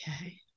Okay